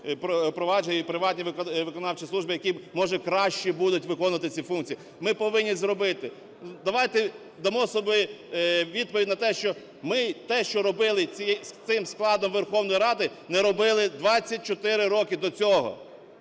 провадження і приватні виконавчі служби, які, може, краще будуть виконувати ці функції. Ми повинні зробити… Давайте дамо собі відповідь на те, що ми те, що робили цим складом Верховної Ради, не робили 24 роки до цього.